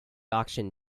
auction